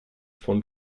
von